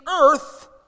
earth